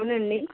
అవునండి